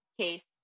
case